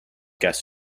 guest